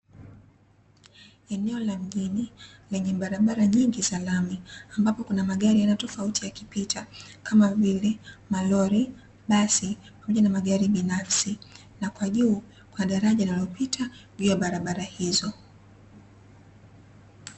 Eneo la mjini lenye barabara nyingi za lami ambapo kuna magari aina tofauti yakipita, kama vile: malori, basi, pamoja na magari binafsi. Na kwa juu kuna daraja linalopita juu ya barabara hizo.